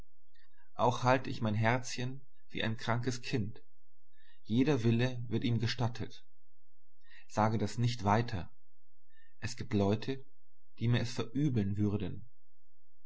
auch halte ich mein herzchen wie ein krankes kind jeder wille wird ihm gestattet sage das nicht weiter es gibt leute die mir es verübeln würden